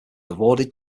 awarded